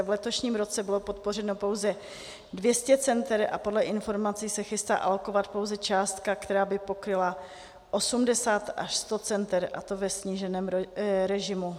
V letošním roce bylo podpořeno pouze 200 center a podle informací se chystá alokovat pouze částka, která by pokryla 80 až 100 center, a to ve sníženém režimu.